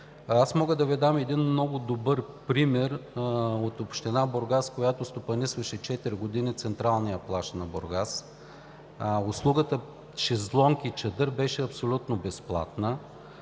Аз мога да Ви дам един много добър пример от община Бургас, която стопанисваше четири години Централния плаж на Бургас. Услугата „шезлонг и чадър“ беше абсолютно безплатна,